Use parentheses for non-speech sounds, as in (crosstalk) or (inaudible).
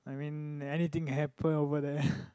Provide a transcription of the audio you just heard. I mean anything happen over there (breath)